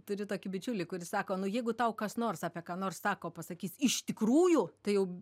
turiu tokį bičiulį kuris sako nu jeigu tau kas nors apie ką nors sako pasakys iš tikrųjų tai jau